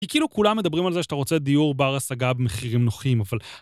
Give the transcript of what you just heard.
כי כאילו כולם מדברים על זה שאתה רוצה דיור בר השגה במחירים נוחים, אבל...